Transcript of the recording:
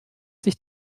sich